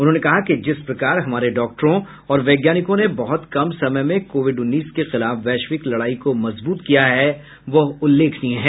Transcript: उन्होंने कहा कि जिस प्रकार हमारे डॉक्टरों और वैज्ञानिकों ने बहत कम समय में कोविड उन्नीस के खिलाफ वैश्विक लड़ाई को मजबूत किया है वह उल्लेखनीय है